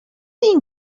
این